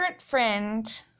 Friend